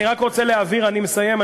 אני מסיים.